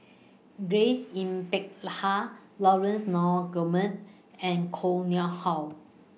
Grace Yin Peck Ha Laurence Nunns Guillemard and Koh Nguang How